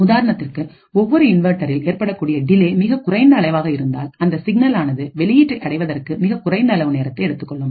உதாரணத்திற்கு ஒவ்வொரு இன்வெர்ட்டரில் ஏற்படக்கூடிய டிலே மிகக் குறைந்த அளவாக இருந்தால் அந்த சிக்னல் ஆனது வெளியீட்டை அடைவதற்கு மிகக் குறைந்த அளவு நேரத்தை எடுத்துக்கொள்ளும்